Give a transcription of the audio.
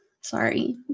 Sorry